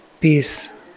peace